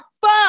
fuck